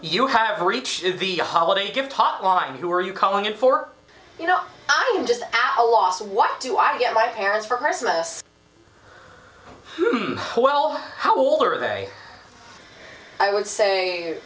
you have reached the holiday gift hotline who are you calling in for you know i am just our loss what do i get my parents for christmas well how old are they i would say